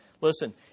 Listen